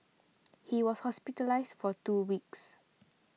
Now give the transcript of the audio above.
he was hospitalised for two weeks